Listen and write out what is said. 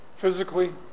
physically